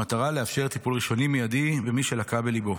במטרה לאפשר טיפול ראשוני מיידי במי שלקה בליבו.